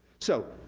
so,